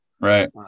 Right